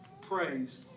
praise